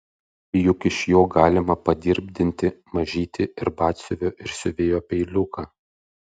juk iš jo galima padirbdinti mažytį ir batsiuvio ir siuvėjo peiliuką